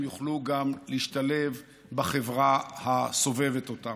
הם גם יוכלו להשתלב בחברה הסובבת אותם.